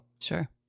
Sure